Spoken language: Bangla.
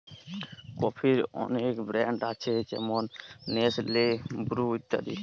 কফির অনেক ব্র্যান্ড আছে যেমন নেসলে, ব্রু ইত্যাদি